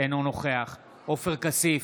אינו נוכח עופר כסיף,